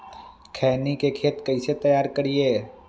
खैनी के खेत कइसे तैयार करिए?